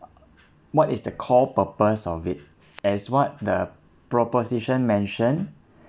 what is the core purpose of it as what the proposition mentioned